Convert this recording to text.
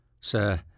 Sir